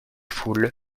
foule